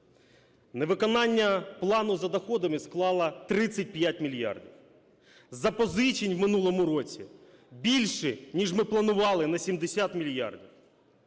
невиконання плану за доходами склало 35 мільярдів. Запозичень в минулому році більше, ніж ми планували, на 70 мільярдів.